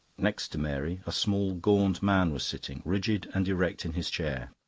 next to mary a small gaunt man was sitting, rigid and erect in his chair.